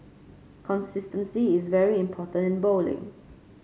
consistency is very important in bowling